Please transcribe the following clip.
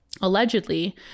Allegedly